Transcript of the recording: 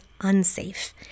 unsafe